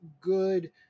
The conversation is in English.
good